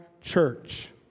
church